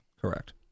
Correct